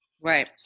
Right